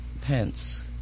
Pence